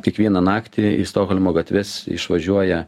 kiekvieną naktį į stokholmo gatves išvažiuoja